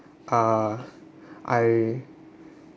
uh I